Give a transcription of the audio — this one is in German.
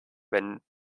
wenn